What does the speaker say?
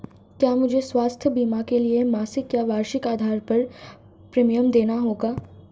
क्या मुझे स्वास्थ्य बीमा के लिए मासिक या वार्षिक आधार पर प्रीमियम देना होगा?